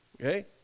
okay